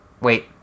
Wait